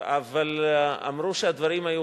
אבל אמרו שהדברים היו